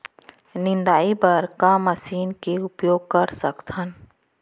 निंदाई बर का मशीन के उपयोग कर सकथन?